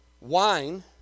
wine